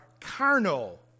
carnal